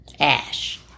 Ash